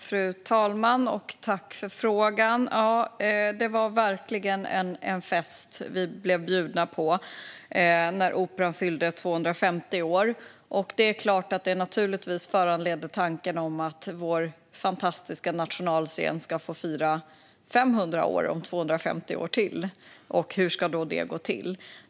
Fru talman! Jag tackar för frågan. Det var verkligen en fest som vi blev bjudna på när Operan fyllde 250 år. Det är klart att det naturligtvis förde tankarna till att vår fantastiska nationalscen ska få fira 500 år om ytterligare 250 år och hur det ska gå till.